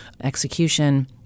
execution